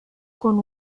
con